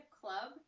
club